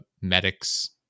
medic's